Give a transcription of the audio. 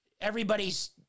everybody's